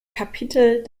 kapitel